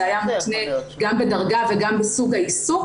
זה היה מותנה גם בדרגה וגם בסוג העיסוק.